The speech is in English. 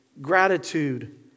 gratitude